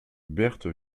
berthe